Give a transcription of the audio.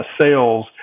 sales